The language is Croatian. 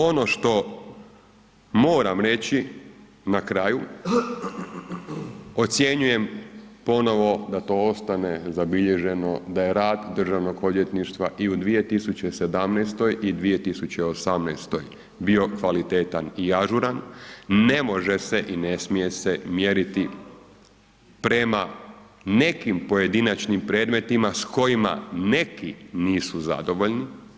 Ono što moram reći na kraju, ocjenjujem ponovno da to ostane zabilježeno da je rad Državnog odvjetništva i u 2017. i 2018. bio kvalitetan i ažuran, ne može se i ne smije se mjeriti prema nekim pojedinačnim predmetima s kojima neki nisu zadovoljni.